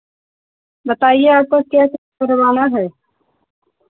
बताइए आपको क्या क्या करवाना है